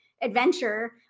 adventure